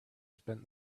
spent